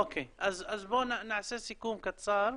נעשה סיכום קצר.